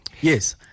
Yes